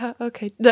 Okay